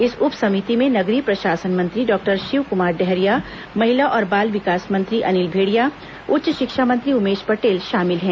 इस उप समिति में नगरीय प्रशासन मंत्री डॉक्टर शिवकुमार डेहरिया महिला और बाल विकास मंत्री अनिला भेंड़िया उच्च शिक्षा मंत्री उमेश पटेल शामिल हैं